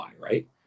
Right